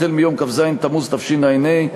החל מיום כ"ז תמוז תשע"ה,